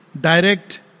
direct